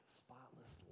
spotless